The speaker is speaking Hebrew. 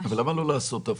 למה לא לעשות הפוך?